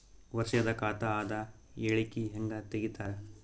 ವರ್ಷದ ಖಾತ ಅದ ಹೇಳಿಕಿ ಹೆಂಗ ತೆಗಿತಾರ?